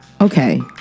Okay